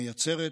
מייצרת.